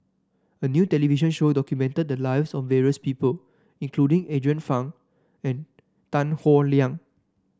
a new television show documented the lives of various people including Andrew Phang and Tan Howe Liang